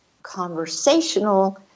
conversational